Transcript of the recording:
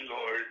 lord